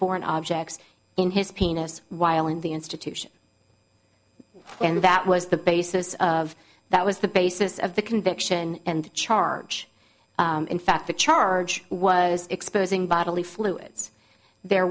foreign objects in his penis while in the institution and that was the basis of that was the basis of the conviction and the charge in fact the charge was exposing bodily fluids there